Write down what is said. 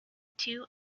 two